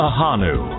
Ahanu